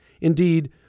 Indeed